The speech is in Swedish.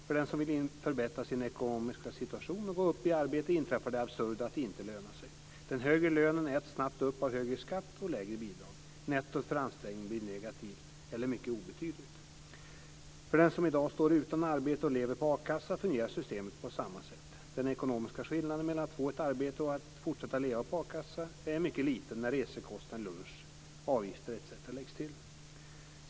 För den som vill förbättra sin ekonomiska situation och gå upp i arbetstid inträffar det absurda att det inte lönar sig. Den högre lönen äts snabbt upp av högre skatt och lägre bidrag. Nettot för ansträngningen blir negativt eller mycket obetydligt. För den som i dag står utan arbete och lever på akassa fungerar systemet på samma sätt. Den ekonomiska skillnaden mellan att få ett arbete och att fortsätta leva på a-kassa är mycket liten när resekostnad, lunch, avgifter osv. läggs till.